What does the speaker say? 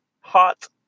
hot